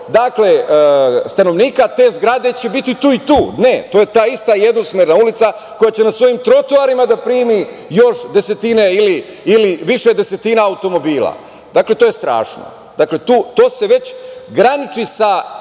dakle, stanovnika te zgrade će biti tu. Ne, to je ta ista jednosmerna ulica koja će na svojim trotoarima da primi još desetine ili više desetina automobila. To je strašno, to se već graniči sa